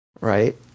Right